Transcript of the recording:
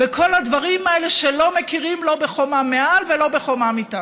בכל הדברים האלה שלא מכירים לא בחומה מעל ולא בחומה מתחת.